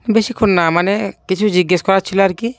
বেশিক্ষণ না মানে কিছু জিজ্ঞেস করার ছিল আর কি